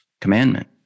commandment